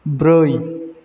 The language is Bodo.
ब्रै